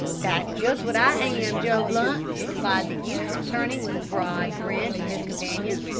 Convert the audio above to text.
that's just what i am, joe blunt, replied the youth, turning with a broad grin to his companion.